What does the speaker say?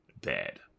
bad